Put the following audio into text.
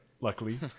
luckily